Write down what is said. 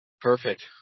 Perfect